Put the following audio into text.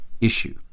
issue